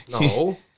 no